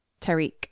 Tariq